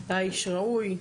אתה איש ראוי,